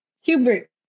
Hubert